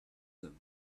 them